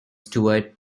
stuart